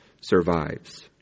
survives